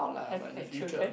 having a children